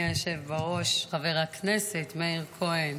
תודה, אדוני היושב בראש, חבר הכנסת מאיר כהן.